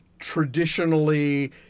Traditionally